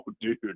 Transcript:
dude